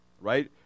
Right